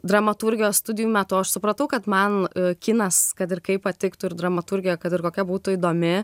dramaturgijos studijų metu aš supratau kad man kinas kad ir kaip patiktų ir dramaturgija kad ir kokia būtų įdomi